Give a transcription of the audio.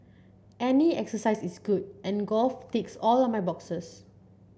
any exercises is good and golf ticks all my boxes